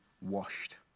washed